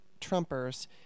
Trumpers